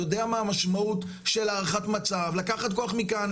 אני יודע מה המשמעות של הערכת מצב, לקחת כוח מכאן.